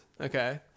Okay